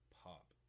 pop